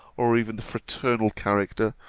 or even the fraternal character,